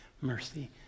mercy